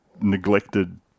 neglected